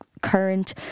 current